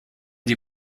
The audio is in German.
die